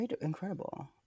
incredible